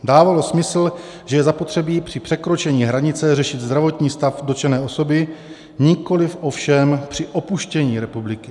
Dávalo smysl, že je zapotřebí při překročení hranice řešit zdravotní stav dotčené osoby, nikoliv ovšem při opuštění republiky.